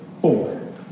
four